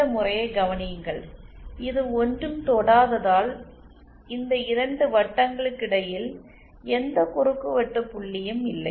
இந்த முறையை கவனியுங்கள் இது ஒன்றும் தொடாததால் இந்த இரண்டு வட்டங்களுக்கிடையில் எந்த குறுக்குவெட்டு புள்ளியும் இல்லை